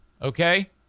Okay